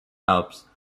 alps